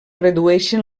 redueixen